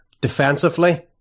defensively